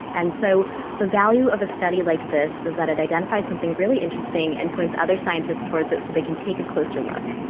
and so the value of a study like this is that it identifies something really interesting and points other scientists towards it so they can take a closer look